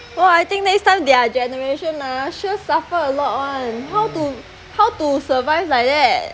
my generation is about although knows your generation to curb on the region well I think they started their generation are shall suffer a lot on how to how to survive like that